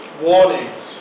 warnings